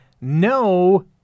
no